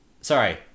Sorry